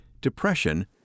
Depression